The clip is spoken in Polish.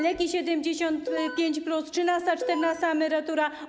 Leki 75+. Trzynasta, czternasta emerytura.